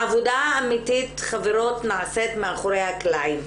העבודה האמיתית, חברות, נעשית מאחרי הקלעים.